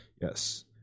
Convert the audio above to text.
yes